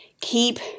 keep